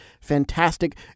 fantastic